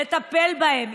לטפל בהם,